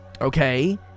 Okay